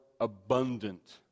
abundant